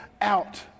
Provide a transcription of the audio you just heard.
out